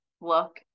look